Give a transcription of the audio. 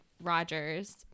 Rogers